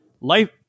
life